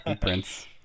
Prince